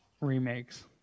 remakes